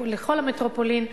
לכל המטרופולין,